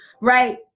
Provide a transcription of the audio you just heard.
right